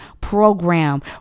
program